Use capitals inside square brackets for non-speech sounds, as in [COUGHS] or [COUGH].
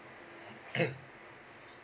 [COUGHS]